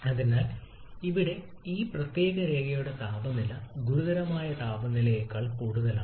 അതിനാൽ ഇവിടെ ഈ പ്രത്യേക രേഖയുടെ താപനില ഗുരുതരമായ താപനിലയേക്കാൾ കൂടുതലാണ്